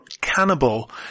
cannibal